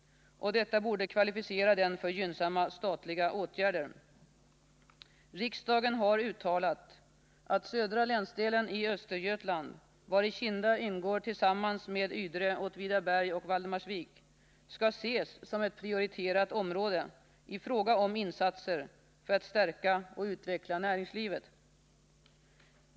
Detta borde kvalificera den för gynnsamma statliga åtgärder. Riksdagen har uttalat att södra länsdelen i Östergötland, vari Kinda ingår tillsammans med Ydre, Åtvidaberg och Valdemarsvik, skall ses som ett prioriterat område i fråga om insatser för att stärka och utveckla näringslivet.